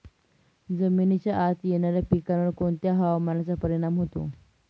जमिनीच्या आत येणाऱ्या पिकांवर कोणत्या हवामानाचा परिणाम होतो?